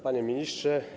Panie Ministrze!